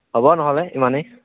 হ'ব নহ'লে ইমানেই